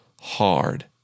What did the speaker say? hard